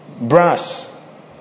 Brass